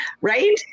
Right